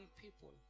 people